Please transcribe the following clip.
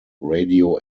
radio